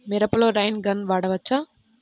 మిరపలో rain gun వాడవచ్చా?